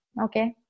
Okay